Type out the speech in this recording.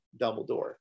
Dumbledore